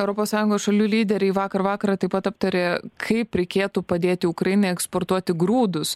europos sąjungos šalių lyderiai vakar vakarą taip pat aptarė kaip reikėtų padėti ukrainai eksportuoti grūdus